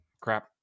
Crap